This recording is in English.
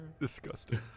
disgusting